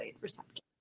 receptor